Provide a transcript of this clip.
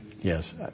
Yes